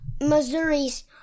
Missouri's